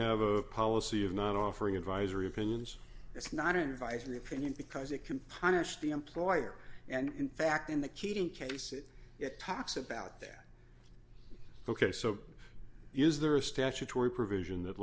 have a policy of not offering advisory opinions it's not inviting opinion because it can punish the employer and in fact in the keating case it it talks about that ok so is there a statutory provision that